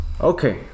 Okay